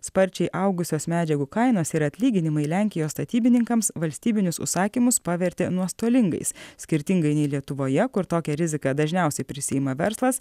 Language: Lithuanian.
sparčiai augusios medžiagų kainos ir atlyginimai lenkijos statybininkams valstybinius užsakymus pavertė nuostolingais skirtingai nei lietuvoje kur tokią riziką dažniausiai prisiima verslas